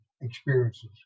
experiences